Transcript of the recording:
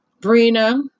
brina